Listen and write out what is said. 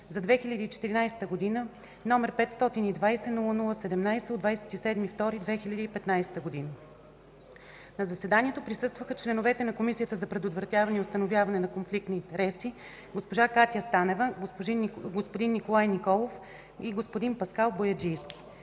за 2014 г., № 520 00-17, от 27 февруари 2015 г. На заседанието присъстваха членовете на Комисията за предотвратяване и установяване на конфликт на интереси: госпожа Катя Станева, господин Николай Николов и господин Паскал Бояджийски.